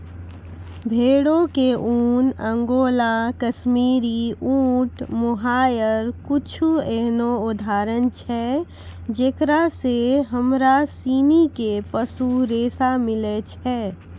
भेड़ो के ऊन, अंगोला, काश्मीरी, ऊंट, मोहायर कुछु एहनो उदाहरण छै जेकरा से हमरा सिनी के पशु रेशा मिलै छै